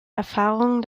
erfahrungen